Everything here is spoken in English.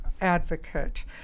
advocate